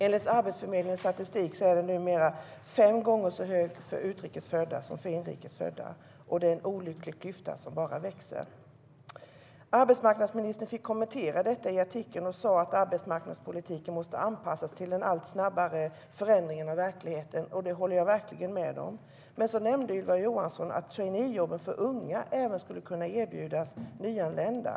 Enligt Arbetsförmedlingens statistik är arbetslösheten numera fem gånger så hög för utrikes födda som för inrikes födda. Det är en olycklig klyfta som bara växer. Arbetsmarknadsministern kommenterade detta i artikeln. Hon sa då att arbetsmarknadspolitiken måste anpassas till den allt snabbare förändringen av verkligheten, och det håller jag verkligen med om. Men sedan nämnde Ylva Johansson att traineejobb för unga skulle kunna erbjudas även till nyanlända.